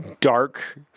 dark